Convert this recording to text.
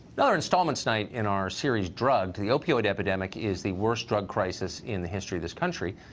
another installment tonight in our series drugged the opioid epidemic is the worst drug crisis in the history of this country,